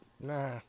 nah